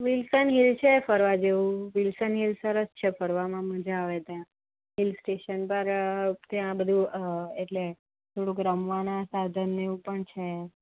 Wilson Hill છે ફરવાં જેવું વિલ્સન હિલ સરસ છે ફરવામાં મજા આવે ત્યાં હિલ સ્ટેશન પર ત્યાં બધું એટલે થોડુંક રમવાનાં સાધન ને એવું પણ છે